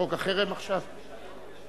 חוק ההתייעלות הכלכלית (תיקוני חקיקה